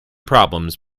problems